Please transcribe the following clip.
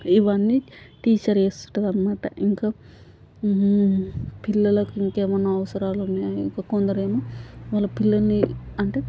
ఇవన్నీ టీచర్ చేస్తుంది అన్నమాట ఇంకా పిల్లలకు ఇంకేమైనా అవసరాలు ఉన్నాయా ఇంకా కొందరేమో వాళ్ళ పిల్లలని అంటే